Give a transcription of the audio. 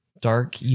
Dark